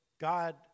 God